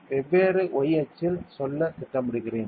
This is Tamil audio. வெவ்வேறு y அச்சில் சொல்ல திட்டமிடுகிறேன்